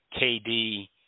KD